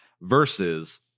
Versus